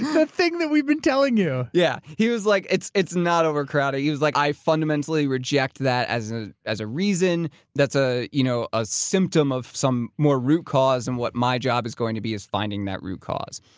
the thing that we've been telling you. yeah, he was like, it's it's not overcrowding, he was like, i fundamentally reject that as ah as a reason that's ah you know a symptom of some more root cause and what my job is going to be is, finding that root cause.